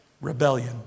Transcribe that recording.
rebellion